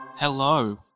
Hello